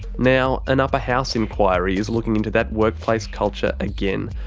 now an upper house inquiry is looking into that workplace culture again,